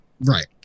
Right